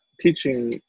teaching